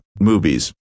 movies